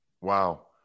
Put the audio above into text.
Wow